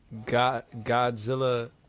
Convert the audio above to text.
Godzilla